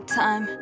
time